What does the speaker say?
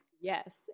Yes